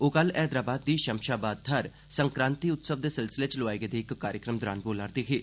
ओह कल हप्वराबाद दी शमशाबाद थाह्र सन्क्रांति उतसव दे सिलसिले च लोआए गेदे इक कार्यक्रम दौरन बोला' रदे हे